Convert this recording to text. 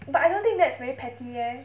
but I don't think that's very petty leh